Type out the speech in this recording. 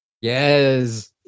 Yes